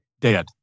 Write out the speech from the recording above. Dead